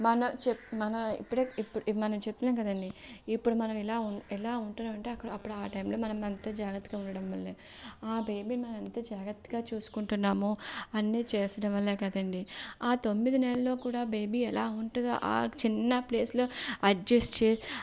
మన మన ఇప్పుడే మనం చెప్తున్నాము కదండి ఇప్పుడు మనం ఇలా ఉం ఇలా ఉంటున్నాము అంటే అక్కడ అప్పుడు ఆ టైంలో మనం అంత జాగ్రత్తగా ఉండడం వల్లే ఆ బేబీని మనం ఎంత జాగ్రత్తగా చూసుకుంటున్నామో అన్నీ చేసిన వల్లే కదండి ఆ తొమ్మిది నెలల్లో కూడా బేబీ ఎలా ఉంటుందో ఆ చిన్న ప్లేస్లో అడ్జస్ట్ చే